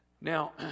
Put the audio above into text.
Now